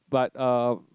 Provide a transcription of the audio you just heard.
but uh